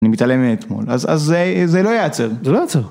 אני מתעלם אתמול, אז זה לא יעצור. זה לא יעצור.